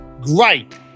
Great